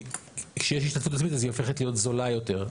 כשיש השתתפות עצמית אז היא הופכת להיות זולה יותר,